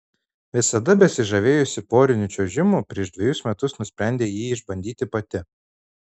visada besižavėjusi poriniu čiuožimu prieš dvejus metus nusprendė jį išbandyti pati